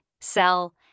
sell